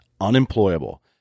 unemployable